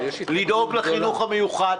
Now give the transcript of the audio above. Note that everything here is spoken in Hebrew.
לדאוג לחינוך המיוחד.